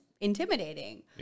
intimidating